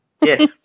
Yes